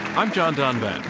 i'm john donvan,